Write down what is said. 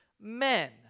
men